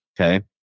Okay